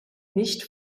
nicht